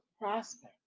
prosper